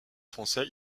français